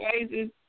places